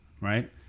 right